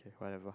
whatever